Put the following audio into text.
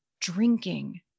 drinking